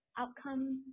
outcomes